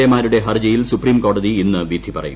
A മാരുടെ ഹർജിയിൽ സുപ്രീംകോടതി ഇന്ന് വിധി പറയും